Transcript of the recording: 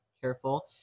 careful